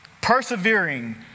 persevering